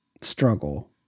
struggle